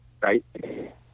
Right